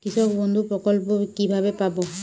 কৃষকবন্ধু প্রকল্প কিভাবে পাব?